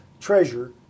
treasure